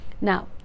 now